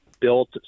built